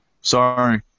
Sorry